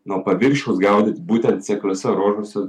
nuo paviršiaus gaudyt būtent sekliuose ruožuose